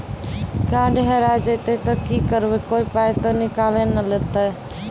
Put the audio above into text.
Card हेरा जइतै तऽ की करवै, कोय पाय तऽ निकालि नै लेतै?